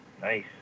nice